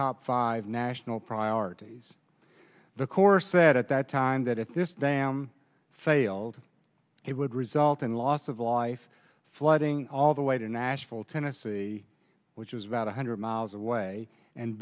top five national priorities the corps said at that time that if this dam failed it would result in loss of life flooding all the way to nashville tennessee which is about one hundred miles away and